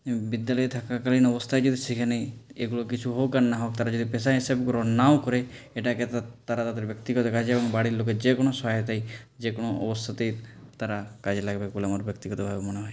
বিদ্যালয় থাকাকালীন অবস্থায় যদি শিখে নেয় এগুলো কিছু হোক আর না হোক তারা যদি পেশা হিসেবে গ্রহণ নাও করে এটাকে তারা তাদের ব্যক্তিগত কাজে এবং বাড়ির লোকের যে কোনো সহায়তায় যে কোনো অবস্থাতেই তারা কাজে লাগাবে বলে আমার ব্যক্তিগতভাবে মনে হয়